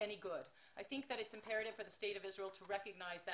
אני חושבת שזה מה שמקשר בין כולנו ואלה